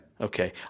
Okay